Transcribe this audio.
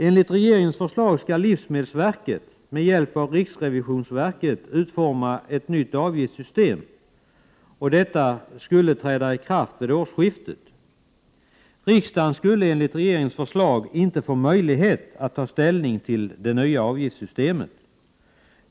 Enligt regeringens förslag skall livsmedelsverket med hjälp av riksrevisionsverket utforma ett nytt avgiftssystem. Detta skulle träda i kraft vid årsskiftet. Riksdagen skulle enligt regeringens förslag inte få möjlighet att ta ställning till det nya avgiftssystemet.